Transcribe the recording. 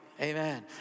Amen